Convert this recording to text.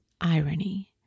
irony